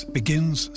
begins